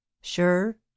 sure